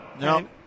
No